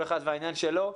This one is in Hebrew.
כל אחד והעניין שלו.